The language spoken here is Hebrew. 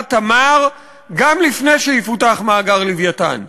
"תמר" גם לפני שיפותח מאגר "לווייתן",